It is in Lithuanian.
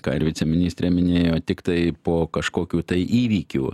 ką ir viceministrė minėjo tiktai po kažkokių tai įvykių